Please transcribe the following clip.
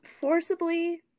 forcibly